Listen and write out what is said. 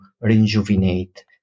rejuvenate